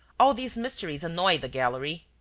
all these mysteries annoyed the gallery.